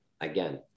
again